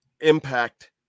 impact